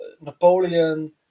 Napoleon